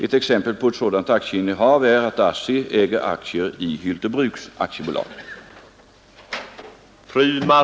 Ett exempel på ett sådant aktieinnehav är att ASSI äger aktier i Hylte bruks AB.